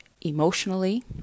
emotionally